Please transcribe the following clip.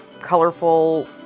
colorful